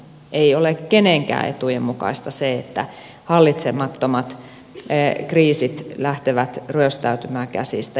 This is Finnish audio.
ei ole kenenkään etujen mukaista se että hallitsemattomat kriisit lähtevät ryöstäytymään käsistä